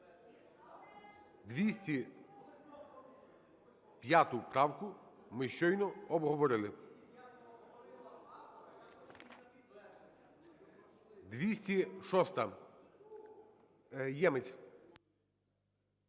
205 правку ми щойно обговорили. 206-а, Ємець.